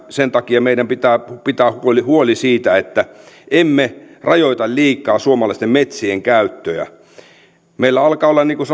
sen takia meidän pitää pitää huoli siitä että emme rajoita liikaa suomalaisten metsien käyttöä meillä alkaa olla niin kuin